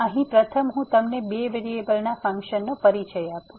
તેથી અહીં પ્રથમ હું તમને બે વેરીએબલના ફંક્શનનો પરિચય આપું